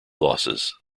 losses